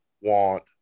want